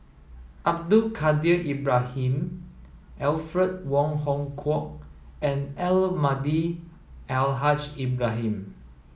Abdul Kadir Ibrahim Alfred Wong Hong Kwok and Almahdi Al Haj Ibrahim